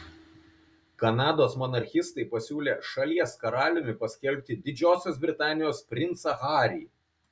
kanados monarchistai pasiūlė šalies karaliumi paskelbti didžiosios britanijos princą harį